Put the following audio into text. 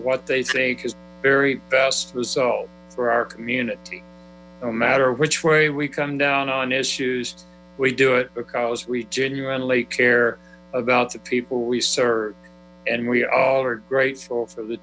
what they say is very best resolved for our community no matter which way we come down on issues we do it because we genuinely care about the people we serve and we all are grateful for the